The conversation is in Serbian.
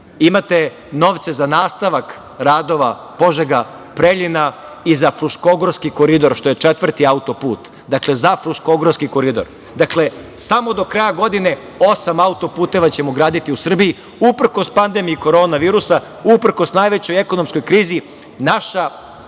Imate novca za nastavak radova Požega-Preljina i za Fruškogorski koridor, što je četvrti autoput. Dakle, za Fruškogorski koridor. Dakle, samo do kraja godine osam autoputeva ćemo graditi u Srbiji, uprkos pandemiji korona virusa, uprkos najvećoj ekonomskoj krizi. Naša